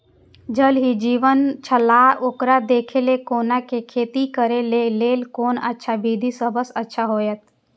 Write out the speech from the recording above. ज़ल ही जीवन छलाह ओकरा देखैत कोना के खेती करे के लेल कोन अच्छा विधि सबसँ अच्छा होयत?